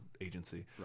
agency